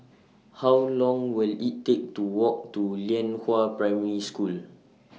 How Long Will IT Take to Walk to Lianhua Primary School